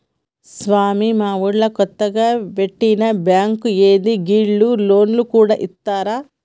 స్వామీ, మనూళ్ల కొత్తగ వెట్టిన బాంకా ఏంది, గీళ్లు లోన్లు గూడ ఇత్తరా